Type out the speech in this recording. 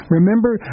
Remember